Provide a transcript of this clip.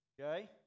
okay